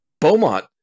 Beaumont